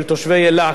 של תושבי אילת,